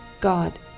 God